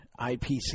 IPC